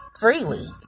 freely